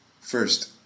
First